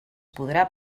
podrà